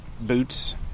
boots